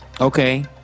Okay